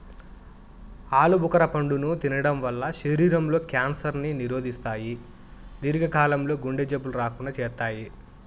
ఆలు భుఖర పండును తినడం వల్ల శరీరం లో క్యాన్సర్ ను నిరోధిస్తాయి, దీర్ఘ కాలం లో గుండె జబ్బులు రాకుండా చేత్తాయి